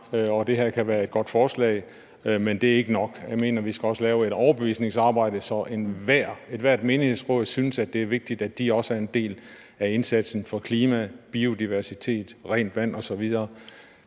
det her kan være et godt forslag, men det er ikke nok. Jeg mener også, vi skal lave et overbevisningsarbejde, så ethvert menighedsråd synes, det er vigtigt, at de også er en del af indsatsen for klima, biodiversitet, rent vand osv.,